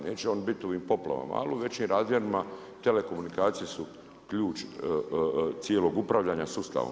Neće on bit u ovim poplavama, ali u većim razmjerima telekomunikacije su ključ cijelog upravljanja sustavom.